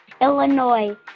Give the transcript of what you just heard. Illinois